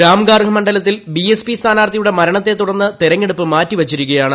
രാംഗാർഹ് മണ്ഡലത്തിൽ ബിഎസ്പി സ്ഥാനാർത്ഥിയുടെ മരണത്തെ തുടർന്ന് തെരഞ്ഞെടുപ്പ് മാറ്റിവച്ചിരിക്കുകയാണ്